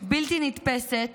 בלתי נתפסת